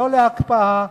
לא להקפאה,